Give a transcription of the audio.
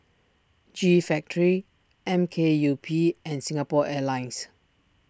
G Factory M K U P and Singapore Airlines